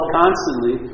constantly